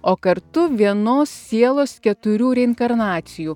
o kartu vienos sielos keturių reinkarnacijų